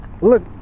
Look